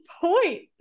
point